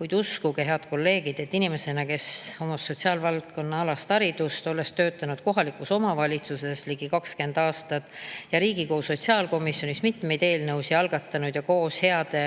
kuid uskuge, head kolleegid, et inimesena, kel on sotsiaalvaldkonnaalane haridus, kes on töötanud kohalikus omavalitsuses ligi 20 aastat, algatanud Riigikogu sotsiaalkomisjonis mitmeid eelnõusid ja koos heade